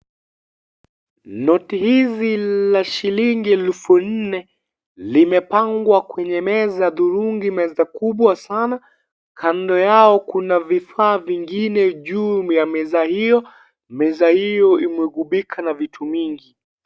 Noti hizi la shilingi elfu nne, limepangwa kwenye meza thurungi meza kubwa sana, kando yao kuna vifaa vingine juu ya meza hio, meza hio imegubika na vitu mingi.